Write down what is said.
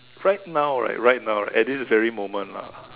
right now right right now right at this very moment ah